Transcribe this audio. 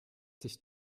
sich